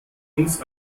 uns